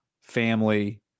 family